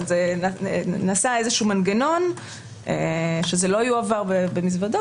אבל נעשה מנגנון שזה לא יועבר במזוודות,